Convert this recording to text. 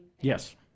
Yes